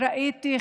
ראיתי,